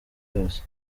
yose